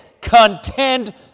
contend